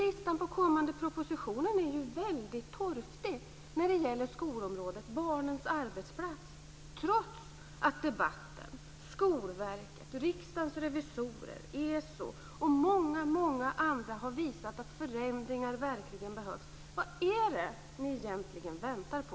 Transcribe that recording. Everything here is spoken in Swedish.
Listan på kommande propositioner är mycket torftig när det gäller skolområdet, barnens arbetsplats, trots att debatten, Skolverket, Riksdagens revisorer, ESO och många andra visat att förändringar verkligen behövs. Vad är det ni egentligen väntar på?